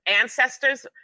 ancestors